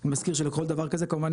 מזכיר שלכל דבר כזה כמובן,